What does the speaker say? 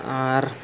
ᱟᱨ